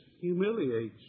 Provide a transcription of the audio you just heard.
humiliates